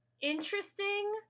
interesting